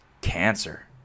cancer